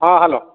ହଁ ହ୍ୟାଲୋ